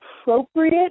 appropriate